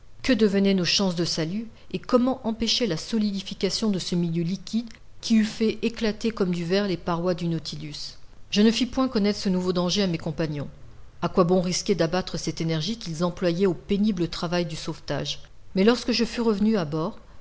que devenaient nos chances de salut et comment empêcher la solidification de ce milieu liquide qui eût fait éclater comme du verre les parois du nautilus je ne fis point connaître ce nouveau danger à mes deux compagnons a quoi bon risquer d'abattre cette énergie qu'ils employaient au pénible travail du sauvetage mais lorsque je fus revenu à bord